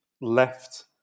left